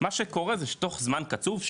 מה שקורה זה שתוך זמן קצוב,